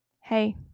Hey